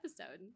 episode